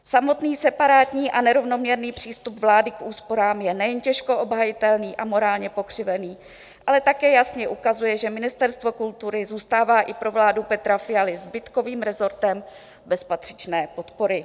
Samotný separátní a nerovnoměrný přístup vlády k úsporám je nejen těžko obhajitelný a morálně pokřivený, ale také jasně ukazuje, že Ministerstvo kultury zůstává i pro vládu Petra Fialy zbytkovým resortem bez patřičné podpory.